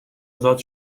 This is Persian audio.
ازاد